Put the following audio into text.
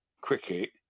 cricket